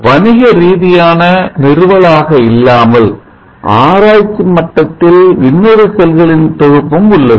வணிகரீதியான நிறுவல் ஆக இல்லாமல் ஆராய்ச்சி மட்டத்தில் இன்னொரு செல்களின் தொகுப்பும் உள்ளது